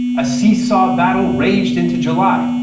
a see-saw battle raged into july,